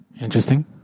Interesting